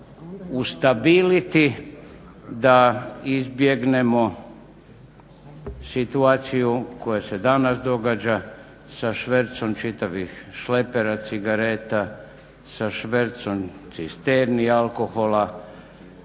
ustabiliti da izbjegnemo situaciju koja se danas događa sa švercom čitavih šlepera cigareta, sa švercom cisterni alkohola